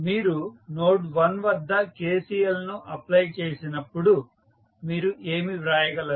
మీరు నోడ్ 1 వద్ద KCL ను అప్లై చేసినప్పుడు మీరు ఏమి వ్రాయగలరు